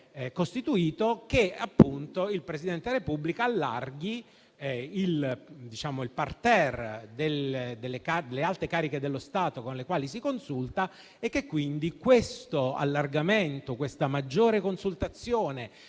costituito, il Presidente Repubblica allarghi il *parterre* delle alte cariche dello Stato con le quali si consulta e che quindi questo allargamento, questa maggiore consultazione,